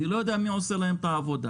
אני לא יודע מי עושה להם את העבודה.